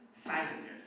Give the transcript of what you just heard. silencers